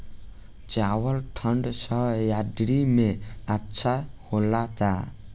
चावल ठंढ सह्याद्री में अच्छा होला का?